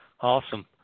Awesome